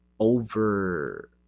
Over